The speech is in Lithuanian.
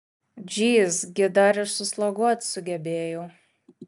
džyz gi dar ir susloguot sugebėjau